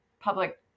public